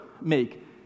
make